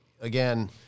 again